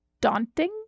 daunting